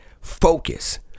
focus